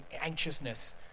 anxiousness